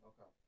Okay